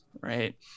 right